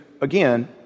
again